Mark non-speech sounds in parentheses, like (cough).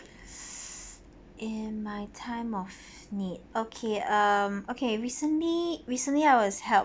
(breath) in my time of need okay um okay recently recently I was helped